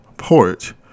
port